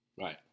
Right